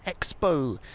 Expo